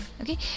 Okay